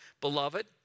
Beloved